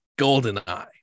goldeneye